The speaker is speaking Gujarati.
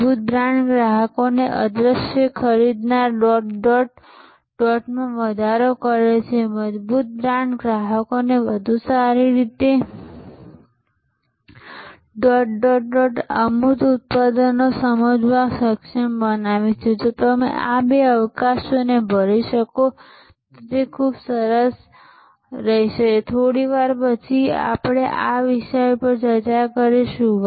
મજબૂત બ્રાન્ડ ગ્રાહકોને અદ્રશ્ય ખરીદીના ડોટ ડોટ ડોટમાં વધારો કરે છે મજબૂત બ્રાન્ડ ગ્રાહકોને વધુ સારી રીતે ડોટ ડોટ ડોટ અને અમૂર્ત ઉત્પાદનોને સમજવા સક્ષમ બનાવે છે જો તમે આ બે અવકાશને ભરી શકો છો તો તે ખૂબ સરસ રહેશે અને થોડી વાર પછી આ વિશે ચર્ચા કરીશું